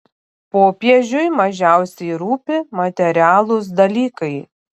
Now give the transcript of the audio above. popiežiui mažiausiai rūpi materialūs dalykai